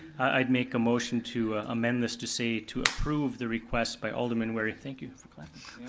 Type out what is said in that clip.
i'd make a motion to amend this to say to approve the request by alderman wery, thank you for clapping.